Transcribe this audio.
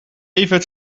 even